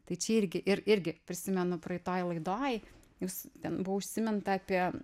tai čia irgi ir irgi prisimenu praeitoj laidoj jūs ten buvo užsiminta apie